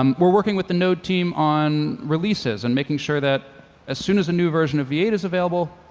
um we're working with the node team on releases and making sure that as soon as a new version of v eight is available,